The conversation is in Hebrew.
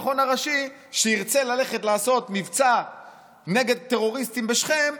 כשירצה ללכת לעשות מבצע נגד טרוריסטים בשכם,